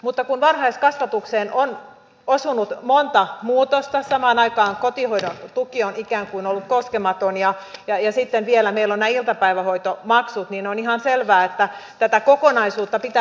mutta kun varhaiskasvatukseen on osunut monta muutosta samaan aikaan kotihoidon tuki on ollut ikään kuin koskematon ja sitten meillä vielä ovat nämä iltapäivähoitomaksut niin on ihan selvää että tätä kokonaisuutta pitää katsoa